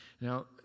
Now